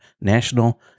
National